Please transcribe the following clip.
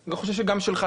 ואני חושב שגם שלך,